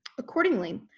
accordingly,